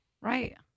right